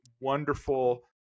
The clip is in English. wonderful